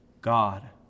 God